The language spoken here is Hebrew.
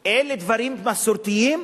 אלה דברים מסורתיים